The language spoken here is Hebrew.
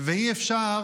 ואי-אפשר,